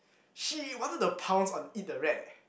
she wanted the paws on eat the rat eh